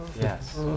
Yes